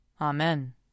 Amen